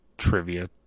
trivia